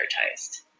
advertised